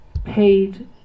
paid